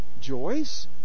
joys